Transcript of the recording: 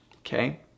Okay